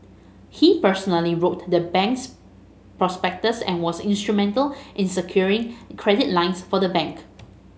he personally wrote the bank's prospectus and was instrumental in securing credit lines for the bank